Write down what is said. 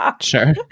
sure